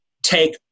take